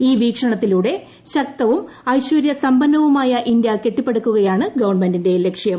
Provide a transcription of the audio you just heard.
ഈ വീക്ഷണത്തിലൂടെ ശക്തവും ഐശ്വര്യ സമ്പന്നവുമായ ഇന്ത്യ കെട്ടിപ്പടുക്കുകയാണ് ഗവൺമെന്റിന്റെ ലക്ഷ്യം